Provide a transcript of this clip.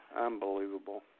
Unbelievable